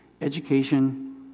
education